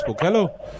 Hello